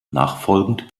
nachfolgend